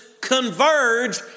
converge